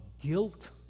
guilt